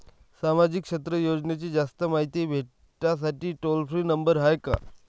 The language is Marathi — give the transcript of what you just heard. सामाजिक क्षेत्र योजनेची जास्त मायती भेटासाठी टोल फ्री नंबर हाय का?